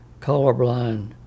colorblind